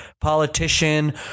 politician